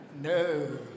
No